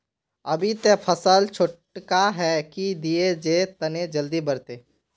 अभी ते फसल छोटका है की दिये जे तने जल्दी बढ़ते?